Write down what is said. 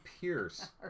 Pierce